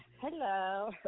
Hello